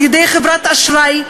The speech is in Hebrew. על-ידי חברת אשראי,